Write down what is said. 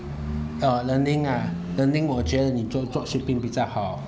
oh learning ah learning 我觉得你做 drop shipping 比较好